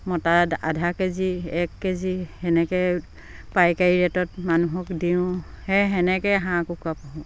মতা আধা কেজি এক কেজি সেনেকে পাইকাৰী ৰেটত মানুহক দিওঁ সে সেনেকে হাঁহ কুকৰা পোঁহো